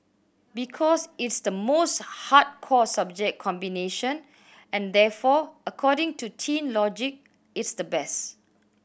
because it's the most hardcore subject combination and therefore according to teen logic it's the best